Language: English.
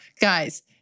guys